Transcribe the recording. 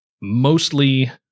mostly